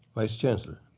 vice chancellor.